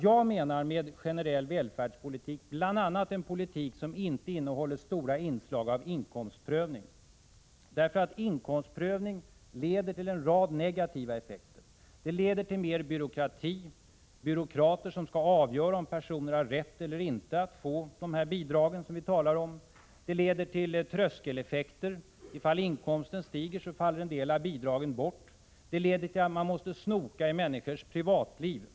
Jag menar med generell välfärdspolitik bl.a. en politik som inte innehåller stora inslag av inkomstprövning, därför att inkomstprövning leder till en rad negativa effekter. Det leder till mer byråkrati — byråkrater skall avgöra om personer har rätt eller inte att få bidragen som vi talar om. Det leder till tröskeleffekter — om inkomsten stiger faller en del av bidragen bort. Det leder till att man måste snoka i människors privatliv.